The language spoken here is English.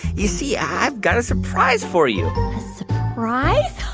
you see, i've got a surprise for you a surprise?